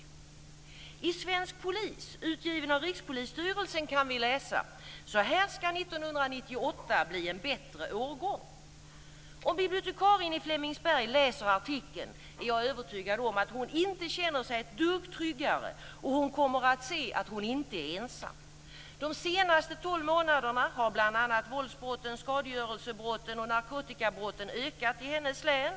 I tidningen Svensk Polis, utgiven av Rikspolisstyrelsen, kan vi läsa: "Så här ska 1998 bli en bättre årgång." Om bibliotekarien i Flemingsberg läser artikeln är jag övertygad om att hon inte känner sig ett dugg tryggare. Hon kommer då att se att hon inte är ensam. De senaste tolv månaderna har bl.a. våldsbrotten, skadegörelsebrotten och narkotikabrotten ökat i hennes hemlän.